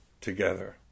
together